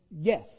yes